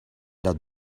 dat